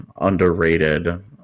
underrated